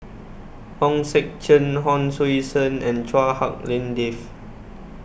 Hong Sek Chern Hon Sui Sen and Chua Hak Lien Dave